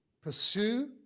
Pursue